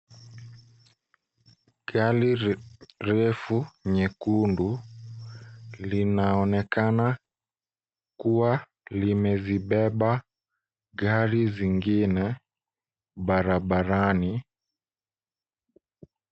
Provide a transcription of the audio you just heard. Gari refu nyekundu linaonekana kuwa limezibeba gari zingine barabarani.